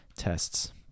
tests